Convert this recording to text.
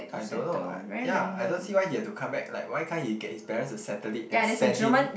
I don't know I ya I don't see why he have to come back like why can't he get his parents to settle it and send him